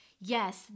Yes